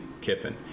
Kiffin